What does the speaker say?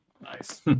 Nice